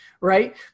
right